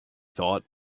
thought